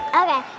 okay